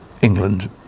england